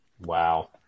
Wow